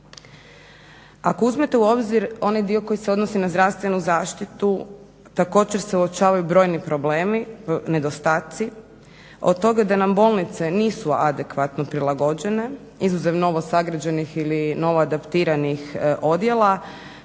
Ako uzmete u obzir onaj dio koji se odnosi na zdravstvenu zaštitu također se uočavaju brojni problemi, nedostaci, od toga da nam bolnice nisu adekvatno prilagođene izuzev novosagrađenih ili novoadaptiranih odjela